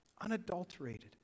unadulterated